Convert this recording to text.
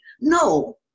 No